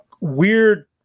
weird